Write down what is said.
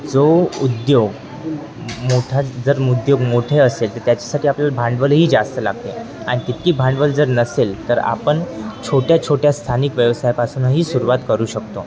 जो उद्योग मोठा जर उद्योग मोठे असेल तर त्याच्यासाठी आपल्याला भांडवलही जास्त लागते आणि तितकी भांडवल जर नसेल तर आपण छोट्या छोट्या स्थानिक व्यवसायापासूनही सुरुवात करू शकतो